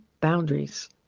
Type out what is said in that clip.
boundaries